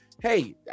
Hey